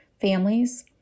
families